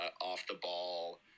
off-the-ball